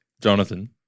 Jonathan